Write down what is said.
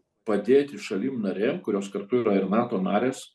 padėti šalim narėm kurios kartu yra ir nato narės